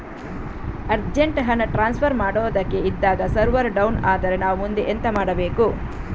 Urgent ಹಣ transfer ಮಾಡೋದಕ್ಕೆ ಇದ್ದಾಗ ಸರ್ವರ್ ಡೌನ್ ಆದರೆ ನಾವು ಮುಂದೆ ಎಂತ ಮಾಡಬೇಕು?